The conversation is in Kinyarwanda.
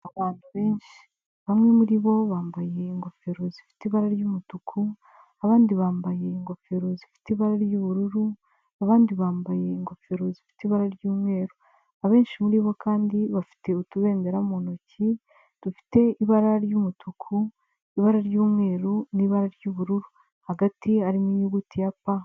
Abantu benshi bamwe muri bo bambaye ingofero zifite ibara ry'umutuku, abandi bambaye ingofero zifite ibara ry'ubururu, abandi bambaye ingofero zifite ibara ry'umweru, abenshi muri bo kandi bafite utubendera mu ntoki dufite ibara ry'umutuku, ibara ry'umweru n'ibara ry'ubururu hagati harimo inyuguti ya pa